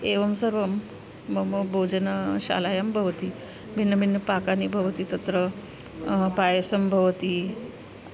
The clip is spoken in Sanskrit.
एवं सर्वं मम भोजनशालायां भवति भिन्नभिन्नपाकानि भवन्ति तत्र पायसं भवति